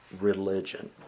religion